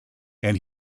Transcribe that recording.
and